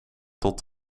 tot